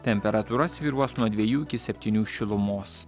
temperatūra svyruos nuo dviejų iki septynių šilumos